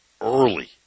early